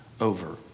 over